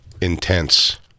intense